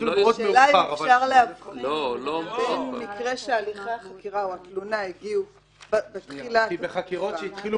השאלה אם אפשר להבחין בין מקרה שהתלונה הגיעה בתחילת התקופה,